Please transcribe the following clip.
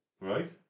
right